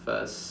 first